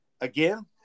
again